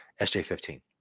SJ15